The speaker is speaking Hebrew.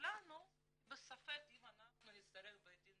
כולנו היא בספק אם אנחנו נצטרך בית דין